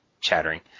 chattering